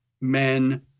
men